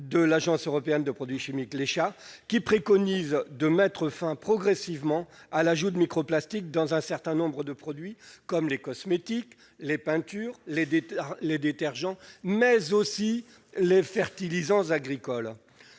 de l'Agence européenne des produits chimiques, l'ECHA, qui préconise de mettre fin progressivement à l'ajout de microplastiques dans un certain nombre de produits, comme les cosmétiques, les peintures, les détergents, mais aussi les fertilisants agricoles.